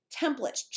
Templates